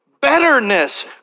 betterness